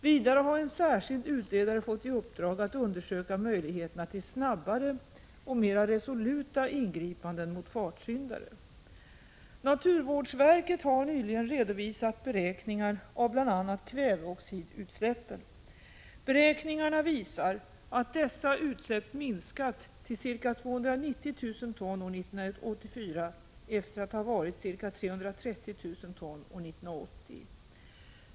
Vidare har en särskild utredare fått i uppdrag att undersöka möjligheterna till snabbare och mera resoluta ingripanden mot fartsyndare. Naturvårdsverket har nyligen redovisat beräkningar av bl.a. kväveoxidutsläppen. Beräkningarna visar att dessa utsläpp minskat till ca 290 000 ton år 1984 efter att ha varit ca 330 000 ton år 1980.